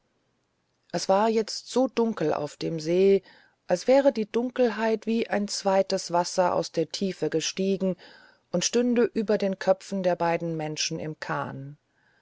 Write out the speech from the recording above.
es war jetzt so dunkel auf dem see als wäre die dunkelheit wie ein zweites wasser aus der tiefe gestiegen und stünde über den köpfen der beiden menschen im kahn